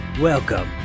welcome